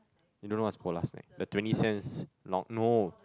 you don't know what is Polar snack the twenty cents long no